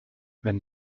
wenn